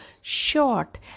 short